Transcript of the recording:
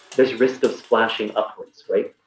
there's risk of splashing upwards, right?